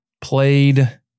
played